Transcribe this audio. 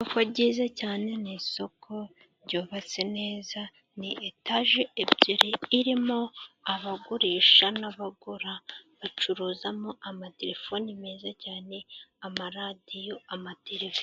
Isoko byiza cyane, ni isoko ryubatse neza . Ni etage ebyiri zirimo abagurisha n'abagura . Bacuruzamo amatelefoni meza cyane ,amaradiyo amatele.....